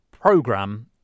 program